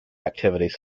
activities